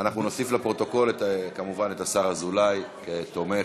נוסיף, לפרוטוקול, כמובן, את השר אזולאי כתומך.